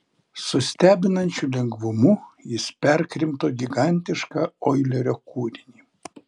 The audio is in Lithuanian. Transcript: su stebinančiu lengvumu jis perkrimto gigantišką oilerio kūrinį